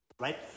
Right